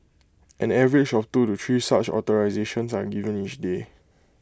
an average of two to three such authorisations are given each day